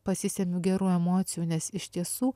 pasisemiu gerų emocijų nes iš tiesų